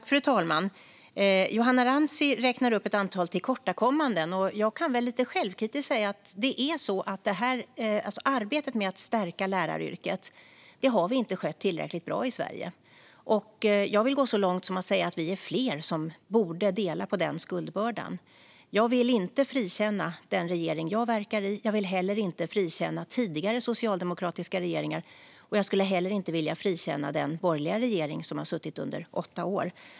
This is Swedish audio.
Fru talman! Johanna Rantsi räknar upp ett antal tillkortakommanden. Jag kan väl lite självkritiskt säga att vi inte har skött arbetet med att stärka läraryrket tillräckligt bra i Sverige. Jag vill gå så långt som att säga att vi är fler som borde dela på den skuldbördan. Jag vill inte frikänna den regering jag verkar i. Jag vill heller inte frikänna tidigare socialdemokratiska regeringar. Jag skulle heller inte vilja frikänna den borgerliga regering som vi hade under åtta år.